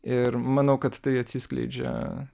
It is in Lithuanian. ir manau kad tai atsiskleidžia